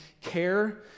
care